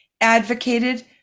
advocated